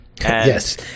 Yes